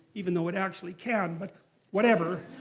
even though it actually can, but whatever.